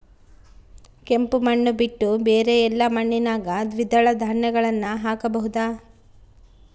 ಕೆಂಪು ಮಣ್ಣು ಬಿಟ್ಟು ಬೇರೆ ಎಲ್ಲಾ ಮಣ್ಣಿನಾಗ ದ್ವಿದಳ ಧಾನ್ಯಗಳನ್ನ ಹಾಕಬಹುದಾ?